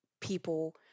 people